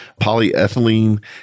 polyethylene